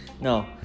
no